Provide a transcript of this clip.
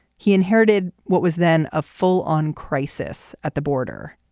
he inherited what was then a full on crisis at the border.